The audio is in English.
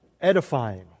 edifying